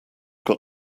got